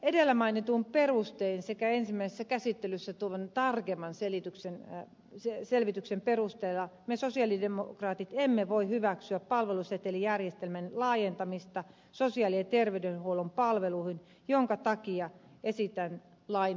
edellä mainituin perustein sekä ensimmäisessä käsittelyssä tuomani tarkemman selvityksen perusteella me sosialidemokraatit emme voi hyväksyä palvelusetelijärjestelmän laajentamista sosiaali ja terveydenhuollon palveluihin minkä takia esitän lain hylkäämistä